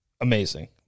amazing